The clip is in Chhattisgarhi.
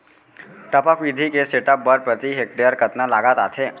टपक विधि के सेटअप बर प्रति हेक्टेयर कतना लागत आथे?